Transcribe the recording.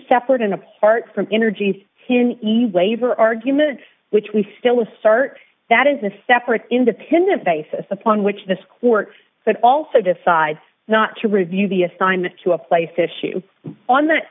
separate and apart from energy eve labor arguments which we still assert that is a separate independent basis upon which this court but also decides not to review the assignment to a place issue on th